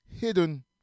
hidden